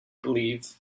believe